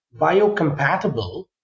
biocompatible